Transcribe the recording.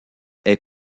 est